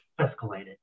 escalated